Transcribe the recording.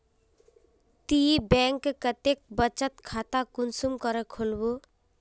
ती बैंक कतेक बचत खाता कुंसम करे खोलबो?